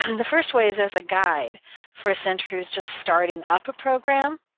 and the first way is as a guide for centers just starting up a program.